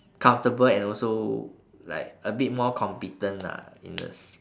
comfortable and also like a bit more competent lah in a s~